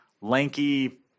lanky